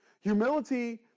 Humility